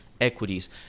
equities